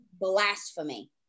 blasphemy